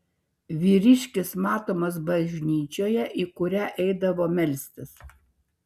vyriškis matomas bažnyčioje į kurią eidavo melstis